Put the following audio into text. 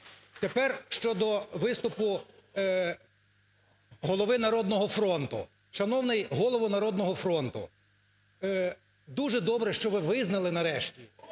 Тепер щодо виступу голови "Народного фронту". Шановний голово "Народного фронту", дуже добре, що ви визнали, нарешті,